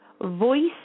voice